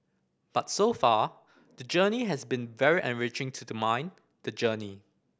but so far the journey has been very enriching to the mind the journey